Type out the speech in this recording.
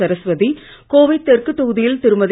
சரஸ்வதி கோவை தெற்கு தொகுதியில் திருமதி